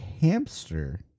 hamster